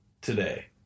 Today